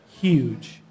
huge